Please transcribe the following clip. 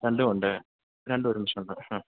രണ്ടും ഉണ്ട് രണ്ടും ഒരുമിച്ചുണ്ട് ഹ്